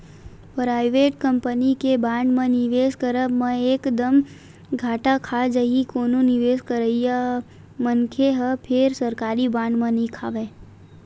private company के bond म निवेस करब म एक दम घाटा खा जाही कोनो निवेस करइया मनखे ह फेर सरकारी बांड म नइ खावय